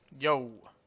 Yo